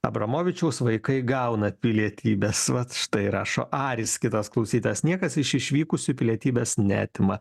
abramovičiaus vaikai gauna pilietybes vat štai rašo aris kitas klausytojas niekas iš išvykusių pilietybės neatima